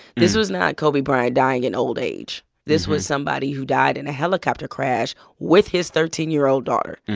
this was not kobe bryant dying in old age. this was somebody who died in a helicopter crash with his thirteen year old daughter.